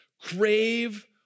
Crave